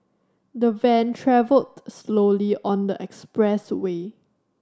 the van travelled slowly on the expressway